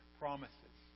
promises